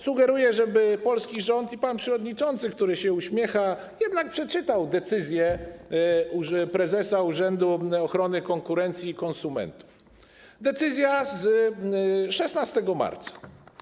Sugeruję, żeby polski rząd i pan przewodniczący, który się uśmiecha, jednak przeczytali decyzję prezesa Urzędu Ochrony Konkurencji i Konsumentów z 16 marca.